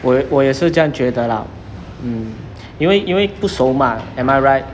我也我也是这样觉得 lah mm 因为因为不熟 mah am I right